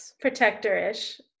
protector-ish